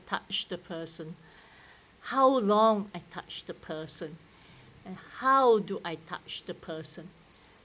touch the person how long I touch the person and how do I touch the person